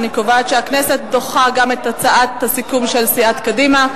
אני קובעת שהכנסת דוחה גם את הצעת הסיכום של סיעת קדימה.